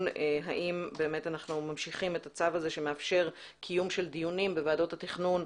האם אנחנו ממשיכים את הצו הזה שמאפשר קיום של דיונים בוועדות התכנון,